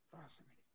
fascinating